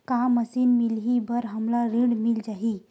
का मशीन मिलही बर हमला ऋण मिल जाही?